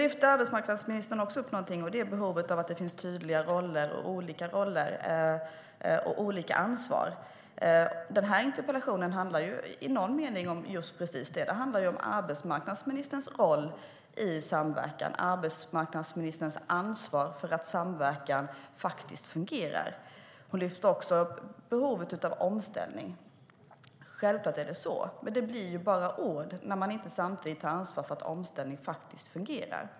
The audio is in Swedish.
Arbetsmarknadsministern lyfte upp behovet av tydliga roller, olika roller och olika ansvar. Interpellationen handlar i någon mening om just precis det. Den handlar om arbetsmarknadsministerns roll i samverkan och arbetsmarknadsministerns ansvar för att samverkan fungerar. Hon lyfte också upp behovet av omställning. Självfallet är det så, men det blir ju bara ord när man inte samtidigt tar ansvar för att omställningen fungerar.